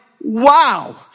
wow